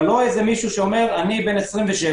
אבל לא מישהו שאומר: אני בן 27,